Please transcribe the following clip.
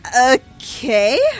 okay